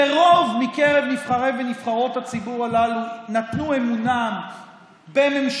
ורוב מקרב נבחרי ונבחרות הציבור הללו נתנו אמונם בממשלה